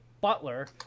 Butler